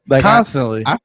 constantly